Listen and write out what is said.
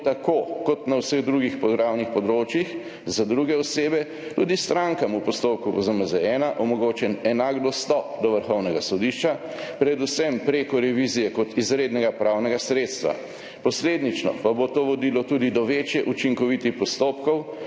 tako kot na vseh drugih pravnih področjih za druge osebe tudi strankam v postopkih ZMZ-1 omogočen enak dostop do Vrhovnega sodišča, predvsem prek revizije kot izrednega pravnega sredstva. Posledično pa bo to vodilo tudi do večje učinkovitosti postopkov